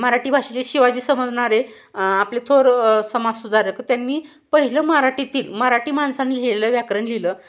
मराठी भाषेचे शिवाजी समजणारे आपले थोर समाजसुधारक त्यांनी पहिलं मराठीतील मराठी माणसानं लिहिलं व्याकरण लिहिलं